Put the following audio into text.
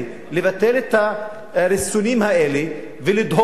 לבטל את הריסונים האלה ולדהור.